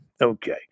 Okay